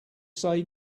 say